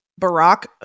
Barack